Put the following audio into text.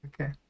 Okay